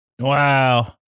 Wow